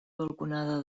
balconada